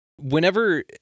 whenever